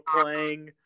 playing –